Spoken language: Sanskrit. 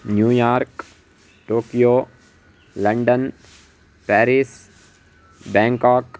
New York Tokyo London Paris Bangkok